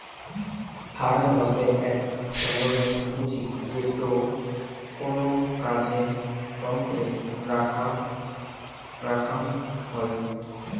fund হসে এক ধরনের পুঁজি যেটো কোনো কাজের তন্নে রাখ্যাং হই